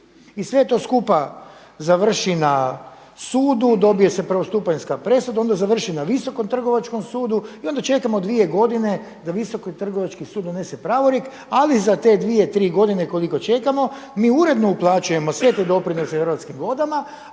I sve to skupa završi na sudu, dobije se prvostupanjska presuda, onda završi na Visokom trgovačkom sudu i onda čekamo dvije godine da Visoki trgovački sud donese pravorijek. Ali za te dvije, tri godine koliko čekamo mi uredno uplaćujemo sve te doprinose Hrvatskim vodama,